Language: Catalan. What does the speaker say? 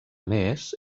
més